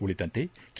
ಉಳಿದಂತೆ ಕೆ